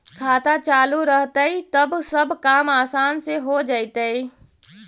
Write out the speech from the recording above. खाता चालु रहतैय तब सब काम आसान से हो जैतैय?